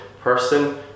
person